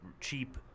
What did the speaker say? cheap